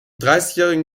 dreißigjährigen